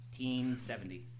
1870